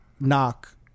knock